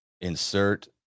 insert